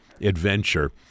adventure